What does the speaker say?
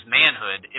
manhood